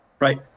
Right